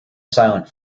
silent